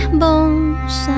bones